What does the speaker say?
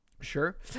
Sure